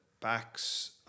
backs